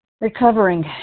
Recovering